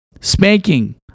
spanking